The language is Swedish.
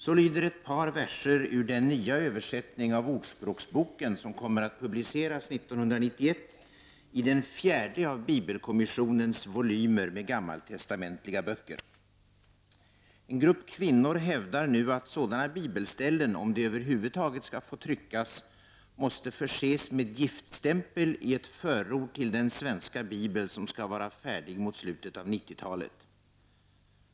Så lyder ett par verser ur den nya översättningen av Ordspråksboken som kommer att publiceras 1991, i den fjärde av bibelkommissionens volymer med gammaltestamentliga böcker. En grupp kvinnor hävdar nu att sådana bibelställen, om de över huvud taget skall få tryckas, måste förses med giftstämpel i ett förord till den svenska bibel som skall vara färdig mot slutet av 1990-talet.